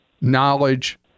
knowledge